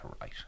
right